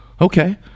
Okay